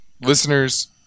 listeners